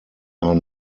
are